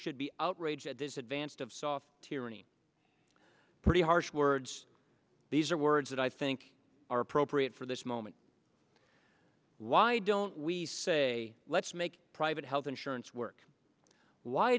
should be outraged at this advanced of soft tyranny pretty harsh words these are words that i think are appropriate for this moment why don't we say let's make private health insurance work why